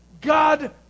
God